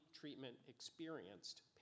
treatment-experienced